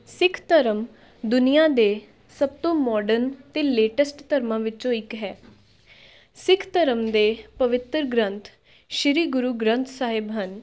ਸਿੱਖ ਧਰਮ ਦੁਨੀਆਂ ਦੇ ਸਭ ਤੋਂ ਮੋਡਰਨ ਅਤੇ ਲੇਟੈਸਟ ਧਰਮਾਂ ਵਿੱਚੋਂ ਇੱਕ ਹੈ ਸਿੱਖ ਧਰਮ ਦੇ ਪਵਿੱਤਰ ਗ੍ਰੰਥ ਸ਼੍ਰੀ ਗੁਰੂ ਗ੍ਰੰਥ ਸਾਹਿਬ ਹਨ